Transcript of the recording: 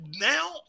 now